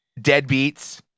deadbeats